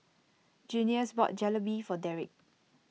Junius bought Jalebi for Derick